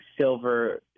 silver